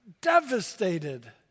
devastated